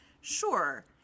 Sure